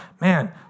man